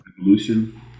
evolution